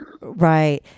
right